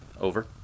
Over